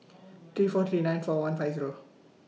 three four three nine four one five Zero